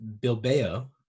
Bilbao